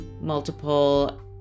multiple